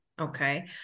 okay